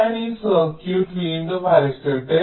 ഞാൻ ഈ സർക്യൂട്ട് വീണ്ടും വരയ്ക്കട്ടെ